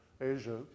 Asia